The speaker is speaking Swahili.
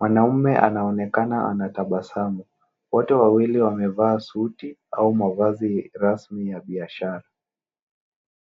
Mwanaume anaonekana anatabasamu, wote wawili wamevaa suti au mavazi rasmi ya biashara.